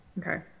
Okay